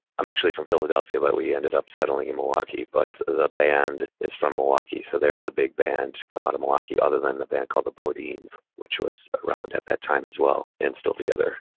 i'm actually from philadelphia but we ended up settling in milwaukee, but the band is from milwaukee, so they are the big band come out of milwaukee other than the band called the bodeans, which was around at that time as well and still together.